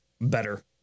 better